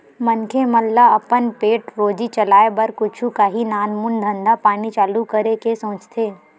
मनखे मन ल अपन पेट रोजी चलाय बर कुछु काही नानमून धंधा पानी चालू करे के सोचथे